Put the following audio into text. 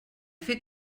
fer